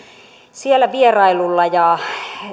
siellä vierailulla ja